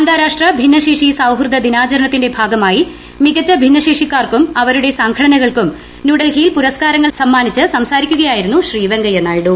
അന്താരാഷ്ട്ര ഭിന്നശേഷി സൌഹൃദ ദിനാചരണത്തിന്റെ ഭാഗമായി മികച്ച ഭിന്നശേഷിക്കാർക്കും അവരുടെ സ്കാർഘ്ടനകൾക്കും ന്യൂഡൽഹിയിൽ പുരസ്കാരങ്ങൾ സമ്മാനിച്ച് ശ്രീ വെങ്കയ്യനായിഡു